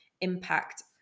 impact